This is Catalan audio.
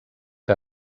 que